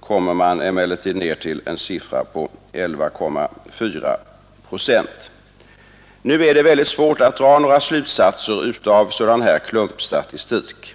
kommer man emellertid ned till en siffra på 11,4 procent. Det är dock mycket svårt att dra några slutsater av sådan här klumpstatistik.